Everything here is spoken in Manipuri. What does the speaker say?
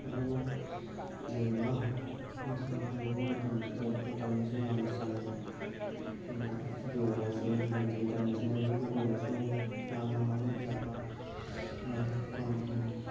ꯅꯣꯏꯅ ꯂꯟꯕ ꯑꯃꯁꯨꯡ ꯍꯩꯕ ꯃꯇꯝꯁꯤꯗ ꯃꯇꯝꯁꯦ ꯌꯥꯝꯅ ꯆꯪꯉꯤ ꯑꯗꯨꯅ ꯌꯣꯒꯥꯁꯤ ꯍꯥꯏꯕꯗꯤ ꯏꯟꯇꯔꯅꯦꯁꯅꯦꯜ ꯑꯣꯏꯅꯁꯨ ꯌꯥꯝꯅ ꯃꯃꯤꯡ ꯆꯠꯄ ꯀꯃꯥꯏꯅ ꯍꯥꯏꯒꯅꯤ